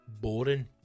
boring